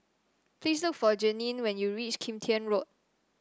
please look for Jeanine when you reach Kim Tian Road